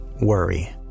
worry